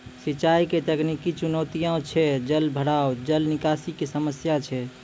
सिंचाई के तकनीकी चुनौतियां छै जलभराव, जल निकासी के समस्या छै